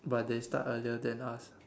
but they start earlier than us